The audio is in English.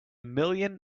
million